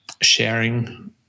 sharing